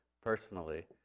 personally